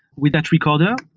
with that recorder,